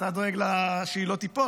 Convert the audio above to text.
אתה דואג לה שהיא לא תיפול,